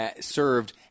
served